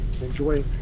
enjoy